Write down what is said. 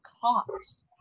cost